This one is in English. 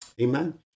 Amen